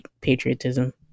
patriotism